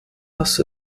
lass